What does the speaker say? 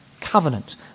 covenant